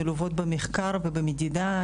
מלוות במחקר ובמדידה.